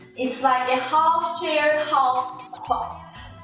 it's like a half chair half squat